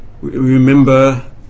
remember